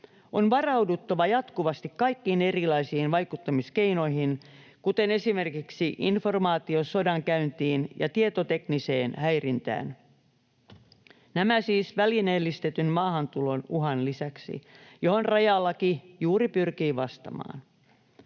On varauduttava jatkuvasti kaikkiin erilaisiin vaikuttamiskeinoihin, kuten esimerkiksi informaatiosodankäyntiin ja tietotekniseen häirintään. Nämä siis välineellistetyn maahantulon uhan lisäksi, johon rajalaki juuri pyrkii vastaamaan.